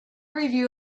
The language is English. review